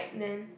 then